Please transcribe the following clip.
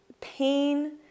pain